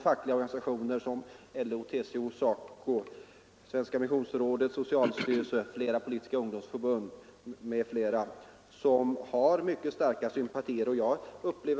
Fackliga organisationer — TCO, LO, SACO —, Svenska missionsrådet, socialstyrelsen och flera politiska ungdomsförbund har visat starka sympatier för detta.